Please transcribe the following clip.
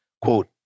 quote